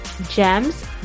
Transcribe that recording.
gems